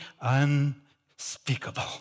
unspeakable